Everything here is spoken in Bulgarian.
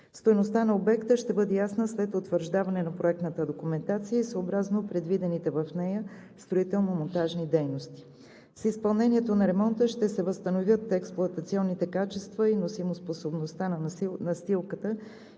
Стойността на обекта ще бъде ясна след утвърждаване на проектната документация и съобразно предвидените в нея строително-монтажни дейности. С изпълнението на ремонта ще се възстановят експлоатационните качества и носимоспособността на настилката